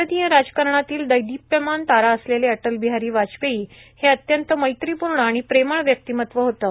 भारतीय राजकारणातील दैदिप्यमान तारा असलेले अटल बिहारी वाजपेयी हे अत्यंत मैत्रिपूर्ण आणि प्रेमछ व्यक्तीमत्व होतं